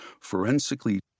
forensically